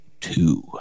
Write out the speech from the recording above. two